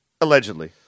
Allegedly